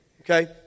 okay